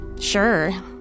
sure